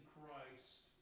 Christ